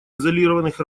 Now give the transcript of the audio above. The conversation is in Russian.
изолированных